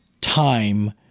time